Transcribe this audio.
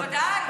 בוודאי.